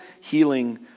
healing